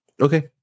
Okay